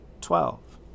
Twelve